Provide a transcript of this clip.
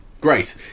great